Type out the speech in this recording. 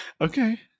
Okay